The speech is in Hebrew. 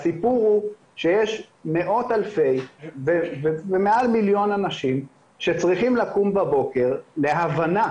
הסיפור הוא שיש מאות אלפי ומעל מיליון אנשים שצריכים לקום בבוקר בהבנה